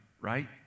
right